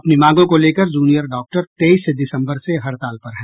अपनी मांगों को लेकर जूनियर डॉक्टर तेईस दिसम्बर से हड़ताल पर हैं